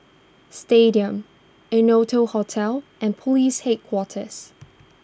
Stadium Innotel Hotel and Police Headquarters